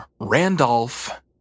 Randolph